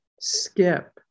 skip